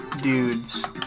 dudes